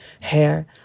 hair